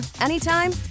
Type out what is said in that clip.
anytime